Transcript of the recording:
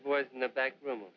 boys in the back room